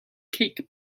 cake